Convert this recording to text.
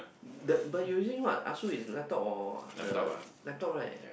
um the but you using what ASUS is laptop or the laptop right